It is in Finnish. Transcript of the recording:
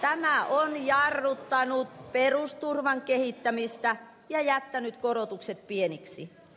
tämä on jarruttanut perusturvan kehittämistä ja jättänyt korotukset pieniksi